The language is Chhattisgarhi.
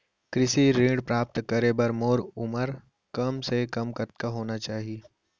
कृषि ऋण प्राप्त करे बर मोर उमर कम से कम कतका होना चाहि?